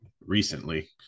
recently